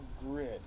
grid